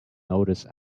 notice